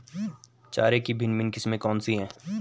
चारे की भिन्न भिन्न किस्में कौन सी हैं?